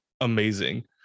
amazing